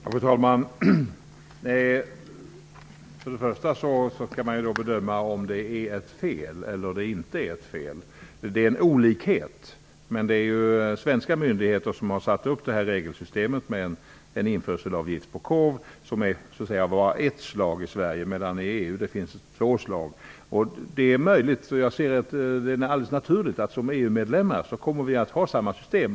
Fru talman! Först och främst måste man bedöma om det är ett fel eller inte. Det är en olikhet, men det är svenska myndigheter som har satt upp detta regelsystem med en införselavgift på korv, som i Sverige är bara av ett slag men i EU av två. Såsom EU-medlem kommer Sverige helt naturligt att ha samma system som andra medlemmar.